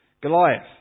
Goliath